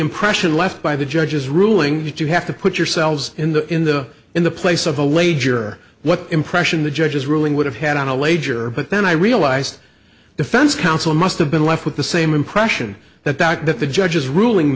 impression left by the judge's ruling that you have to put yourselves in the in the in the place of the lady or what impression the judge's ruling would have had on a later but then i realized defense counsel must have been left with the same impression that the fact that the judge's ruling